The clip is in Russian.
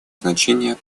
значение